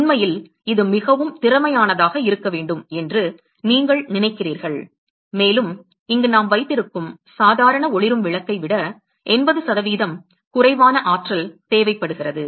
உண்மையில் இது மிகவும் திறமையானதாக இருக்க வேண்டும் என்று நீங்கள் நினைக்கிறீர்கள் மேலும் இங்கு நாம் வைத்திருக்கும் சாதாரண ஒளிரும் விளக்கை விட 80 குறைவான ஆற்றல் தேவைப்படுகிறது